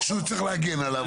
שהוא צריך להגן עליו.